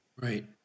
Right